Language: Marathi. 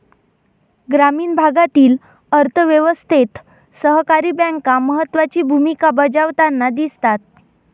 ग्रामीण भागातील अर्थ व्यवस्थेत सहकारी बँका महत्त्वाची भूमिका बजावताना दिसतात